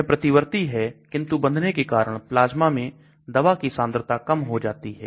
यह प्रतिवर्ती है किंतु बंधने के कारण प्लाज्मा में दवा की सांद्रता कम हो जाती है